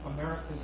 America's